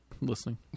listening